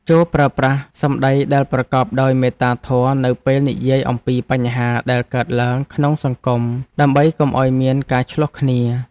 ចូរប្រើប្រាស់សម្តីដែលប្រកបដោយមេត្តាធម៌នៅពេលនិយាយអំពីបញ្ហាដែលកើតឡើងក្នុងសង្គមដើម្បីកុំឱ្យមានការឈ្លោះគ្នា។